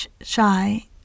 shy